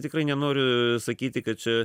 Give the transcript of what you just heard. tikrai nenoriu sakyti kad čia